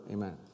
Amen